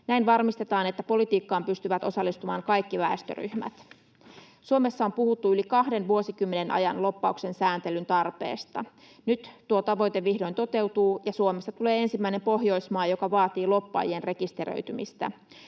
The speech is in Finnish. Näin varmistetaan, että politiikkaan pystyvät osallistumaan kaikki väestöryhmät. Suomessa on puhuttu yli kahden vuosikymmenen ajan lobbauksen sääntelyn tarpeesta. Nyt tuo tavoite vihdoin toteutuu ja Suomesta tulee ensimmäinen Pohjoismaa, joka vaatii lobbaajien rekisteröitymistä.